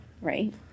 Right